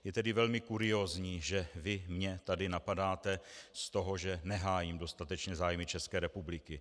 Je tedy velmi kuriózní, že vy mě tady napadáte z toho, že nehájím dostatečně zájmy České republiky.